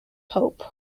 pope